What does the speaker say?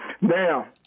Now